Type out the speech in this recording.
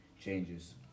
Changes